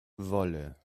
wolle